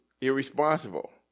irresponsible